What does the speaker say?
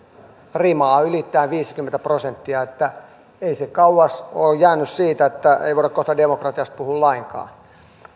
rimaa ylittäen viisikymmentä prosenttia että ei se kauas ole jäänyt siitä että ei voida kohta demokratiasta puhua lainkaan